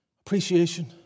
Appreciation